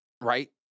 Right